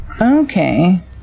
Okay